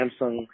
Samsung